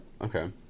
Okay